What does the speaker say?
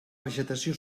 vegetació